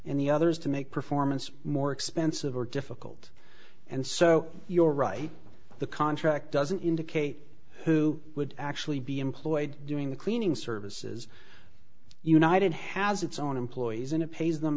in the other is to make performance more expensive or difficult and so your right the contract doesn't indicate who would actually be employed doing the cleaning services united has its own employees in a pays them